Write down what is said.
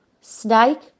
snake